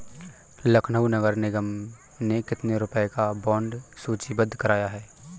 लखनऊ नगर निगम ने कितने रुपए का बॉन्ड सूचीबद्ध कराया है?